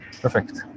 Perfect